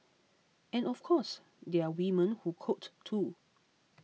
and of course there are women who code too